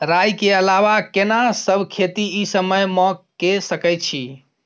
राई के अलावा केना सब खेती इ समय म के सकैछी?